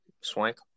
Swank